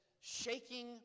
shaking